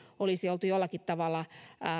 olisi oltu jollakin tavalla